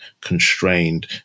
constrained